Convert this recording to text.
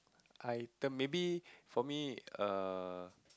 item maybe for me err